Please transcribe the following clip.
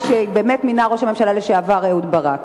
שמינה ראש הממשלה לשעבר אהוד ברק?